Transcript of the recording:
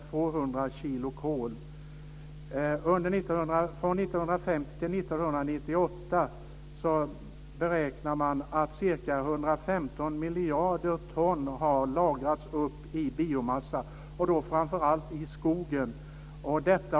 200 kilo kol. Från 1950 till 1998 beräknar man att ca 115 miljarder ton har lagrats i biomassa och då framför allt i skogen.